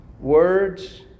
Words